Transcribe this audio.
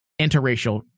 interracial